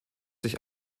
sich